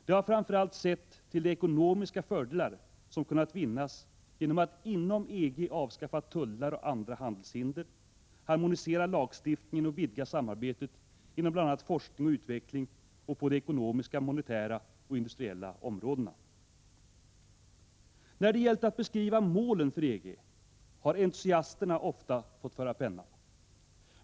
De har framför allt sett till de ekonomiska fördelar som kunnat vinnas genom att inom EG avskaffa tullar och andra handelshinder, harmonisera lagstiftningen och vidga samarbetet inom bl.a. forskning och utveckling och på de ekonomiska, monetära och industriella områdena. När det gällt att beskriva målen för EG har entusiasterna ofta fått föra pennan.